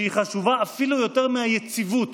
שהיא חשובה אפילו יותר מהיציבות,